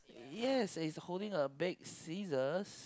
yes it's holding a big scissors